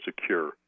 secure